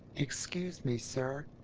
excuse me sir,